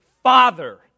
Father